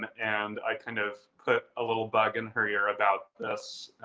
um and i kind of put a little bug in her ear about this